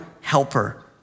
helper